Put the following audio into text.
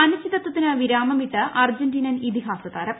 അനിശ്ചിതത്വത്തിന് വിരാമമിട്ട് അർജന്റീനൻ ഇതിഹാസ താരം